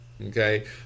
Okay